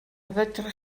fedrwch